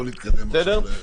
בוא נתקדם עכשיו.